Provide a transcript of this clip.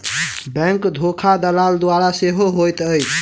bank धोखा दलाल द्वारा सेहो होइत अछि